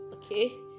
Okay